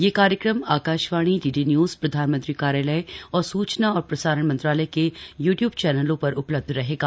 यह कार्यक्रम Akashvani DD news प्रधानमंत्री कार्यालय और सूचना और प्रसारण मंत्रालय के यू ट्यूब चैनलों पर उपलब्ध रहेगा